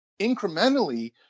incrementally